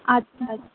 আচ্ছা